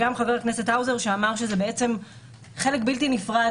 גם חבר הכנסת האוזר אמר שזה חלק בלתי נפרד